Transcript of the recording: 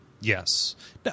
Yes